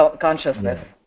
consciousness